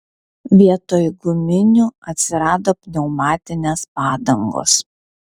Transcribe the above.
vietoj guminių atsirado pneumatinės padangos